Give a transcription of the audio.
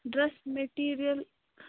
dress material